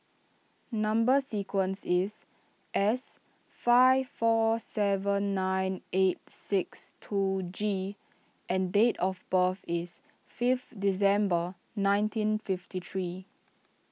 Number Sequence is S five four seven nine eight six two G and date of birth is fifth December nineteen fifty three